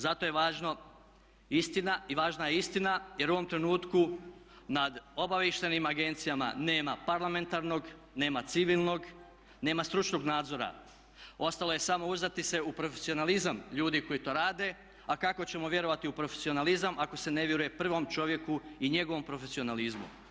Zato je važno istina, važna je istina jer u ovom trenutku nad obavještajnim agencijama nema parlamentarnog, nema civilnog, nema stručnog nadzora ostalo je samo uzdati se u profesionalizam ljudi koji to rade a kako ćemo vjerovati u profesionalizam ako se ne vjeruje prvom čovjeku i njegovom profesionalizmu?